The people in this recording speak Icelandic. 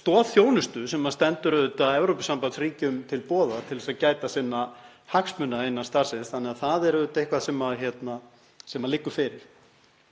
stoðþjónustu sem stendur Evrópusambandsríkjum til boða til að gæta sinna hagsmuna innan sambandsins. Það er auðvitað eitthvað sem liggur fyrir.